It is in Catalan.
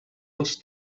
els